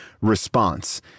response